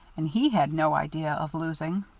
and he had no idea of losing.